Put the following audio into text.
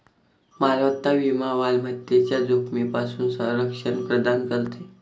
मालमत्ता विमा मालमत्तेच्या जोखमीपासून संरक्षण प्रदान करते